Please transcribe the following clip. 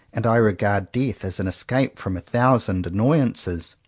and i regard death as an escape from a thousand annoyances.